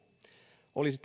olisi